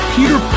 Peter